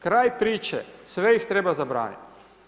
Kraj priče, sve ih treba zabraniti.